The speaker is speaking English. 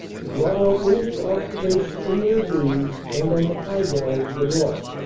to blot out enemy observation in the ravines and on the high ground to the north.